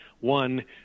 one